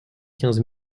quinze